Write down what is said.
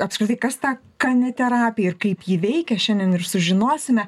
apskritai kas ta kaniterapija kaip ji veikia šiandien ir sužinosime